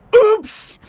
oops.